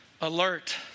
alert